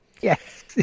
Yes